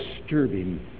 disturbing